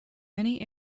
many